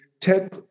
tech